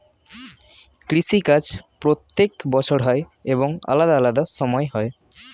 কৃষি কাজ প্রত্যেক বছর হয় এবং আলাদা আলাদা সময় হয়